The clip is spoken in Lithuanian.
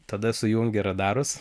tada sujungi radarus